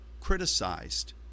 criticized